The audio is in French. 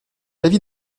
l’avis